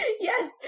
Yes